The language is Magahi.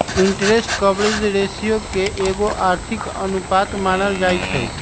इंटरेस्ट कवरेज रेशियो के एगो आर्थिक अनुपात मानल जाइ छइ